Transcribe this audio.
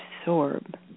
absorb